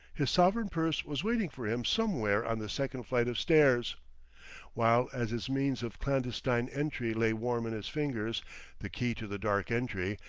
his sovereign purse was waiting for him somewhere on the second flight of stairs while as his means of clandestine entry lay warm in his fingers the key to the dark entry,